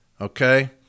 okay